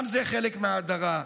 גם זה חלק מההדרה.